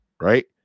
right